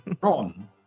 Ron